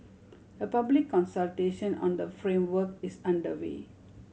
a public consultation on the framework is underway